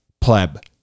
pleb